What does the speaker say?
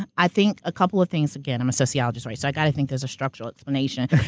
i think a couple of things. again, i'm a sociologist, right? so i've got to think there's a structural explanation.